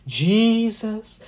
jesus